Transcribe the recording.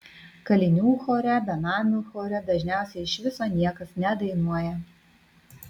kalinių chore benamių chore dažniausiai iš viso niekas nedainuoja